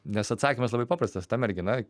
nes atsakymas labai paprastas ta mergina